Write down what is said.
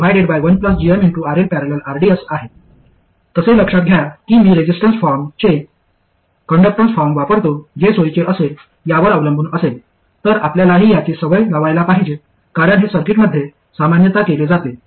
तसे लक्षात घ्या की मी रेसिस्टन्स फॉर्म चे कंडक्टन्स फॉर्म वापरतो जे सोयीचे असेल यावर अवलंबून असेल तर आपल्यालाही याची सवय लागायला पाहिजे कारण हे सर्किटमध्ये सामान्यतः केले जाते